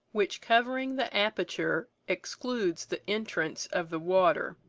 which covering the aperture excludes the entrance of the water,